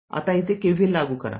आता येथे K V L लागू करा